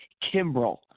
Kimbrell